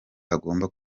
agomba